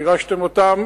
גירשתם אותם